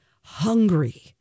hungry